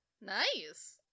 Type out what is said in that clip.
Nice